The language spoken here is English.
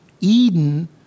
Eden